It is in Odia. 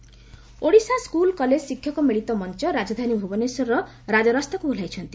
ଶିକ୍ଷକ ଆନୋଳନ ଓଡ଼ିଶା ସ୍କୁଲ୍ କଲେଜ ଶିକ୍ଷକ ମିଳିତ ମଞ ରାଜଧାନୀ ଭୁବନେଶ୍ୱରର ରାକରାସ୍ତାକୁ ଓହ୍ଲୁଇଛନ୍ତି